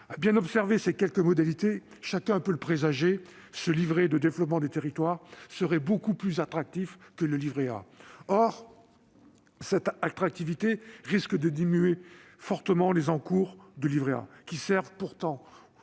bien observer ces quelques éléments, chacun peut présager que le livret de développement des territoires sera beaucoup plus attractif que le livret A. Or cette attractivité risque de diminuer fortement les encours sur le livret A, alors qu'ils servent